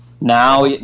Now